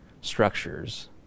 structures